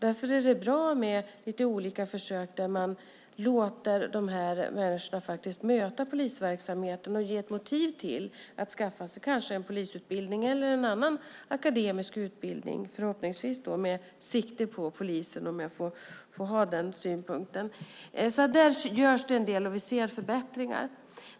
Det är bra med lite olika försök där man låter dessa människor möta polisverksamheter. Det ger ett motiv till att kanske skaffa sig en polisutbildning eller en annan akademisk utbildning, förhoppningsvis med sikte på polisen, om jag får ha den synpunkten. Där görs det en del, och vi ser förbättringar.